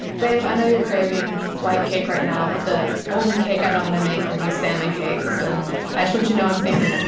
babe, i know you're craving white cake right now, but the only cake i know how to make are these salmon cakes. and i just want you to know i'm thinking